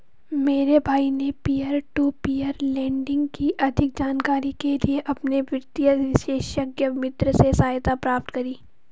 मेरे भाई ने पियर टू पियर लेंडिंग की अधिक जानकारी के लिए अपने वित्तीय विशेषज्ञ मित्र से सहायता प्राप्त करी